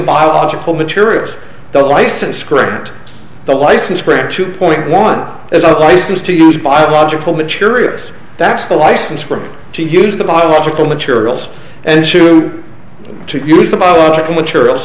biological materials that license correct the license grant to point one as a license to use biological materials that's the license for to use the biological materials and sure to use the biological materials